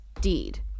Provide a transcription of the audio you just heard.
deed